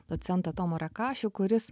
docentą tomą rekašių kuris